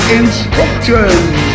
instructions